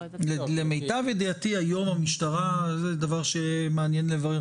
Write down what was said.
למיטב ידיעתי היום המשטרה - זה דבר שמעניין לברר